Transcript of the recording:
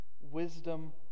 wisdom